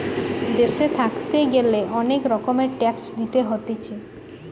দেশে থাকতে গ্যালে অনেক রকমের ট্যাক্স দিতে হতিছে